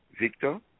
Victor